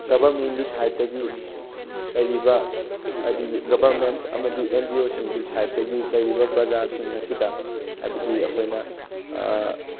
ꯒꯕꯔꯃꯦꯟꯒꯤ ꯁꯥꯏꯠꯇꯒꯤ ꯂꯩꯔꯤꯕ ꯍꯥꯏꯗꯤ ꯒꯕꯔꯃꯦꯟꯁ ꯑꯃꯗꯤ ꯑꯦꯟ ꯖꯤ ꯑꯣꯁꯤꯡꯒꯤ ꯁꯥꯏꯠꯇꯒꯤ ꯂꯩꯔꯤꯕ ꯄ꯭ꯔꯖꯥꯁꯤꯡ ꯑꯁꯤꯗ ꯍꯥꯏꯕꯗꯤ ꯑꯩꯈꯣꯏꯅ